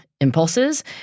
impulses